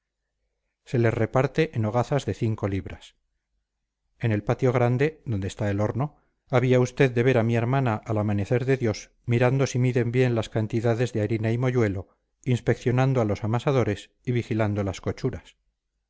se les reparte en hogazas de cinco libras en el patio grande donde está el horno había usted de ver a mi hermana al amanecer de dios mirando si miden bien las cantidades de harina y moyuelo inspeccionando a los amasadores y vigilando las cochuras